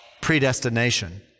predestination